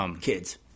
Kids